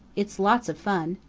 it's lots of fun.